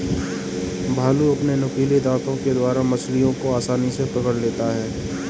भालू अपने नुकीले दातों के द्वारा मछलियों को आसानी से पकड़ लेता है